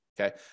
okay